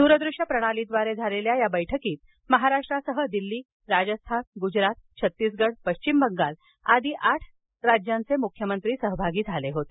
दूरदृश्य प्रणालीद्वारे झालेल्या या बैठकीत महाराष्ट्रासह दिल्ली राजस्थान गुजरात छत्तीसगढ पश्चिम बंगाल आदी आठ राज्यांचे मुख्यमंत्री सहभागी झाले होते